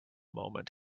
moment